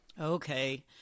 Okay